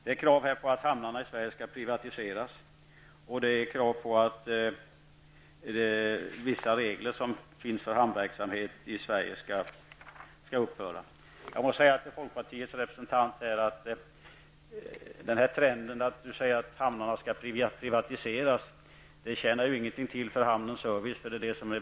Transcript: Det finns krav på att hamnarna i Sverige skall privatiseras. Det finns också krav på att vissa regler för hamnverksamheten i Sverige skall upphöra. Till folkpartiets representant vill jag säga att det tjänar ingenting till för hamnens service att privatisera.